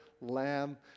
lamb